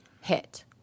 hit